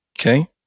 Okay